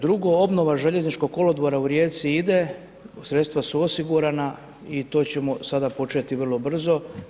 Drugo obnova Željezničkog kolodvora u Rijeci ide, sredstva su osigurana i to ćemo početi vrlo brzo.